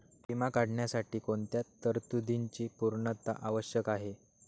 विमा काढण्यासाठी कोणत्या तरतूदींची पूर्णता आवश्यक आहे?